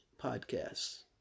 podcasts